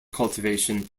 cultivation